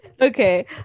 Okay